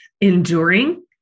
enduring